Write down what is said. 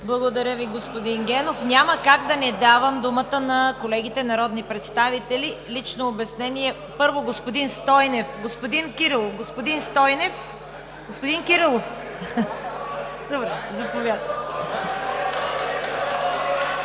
Благодаря Ви, господин Генов. Няма как да не давам думата на колегите народни представители. Лично обяснение? Първо господин Стойнев или господин Кирилов? Заповядайте, господин Кирилов. (Ръкопляскания,